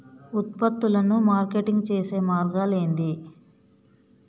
ఉత్పత్తులను మార్కెటింగ్ చేసే మార్గాలు ఏంది?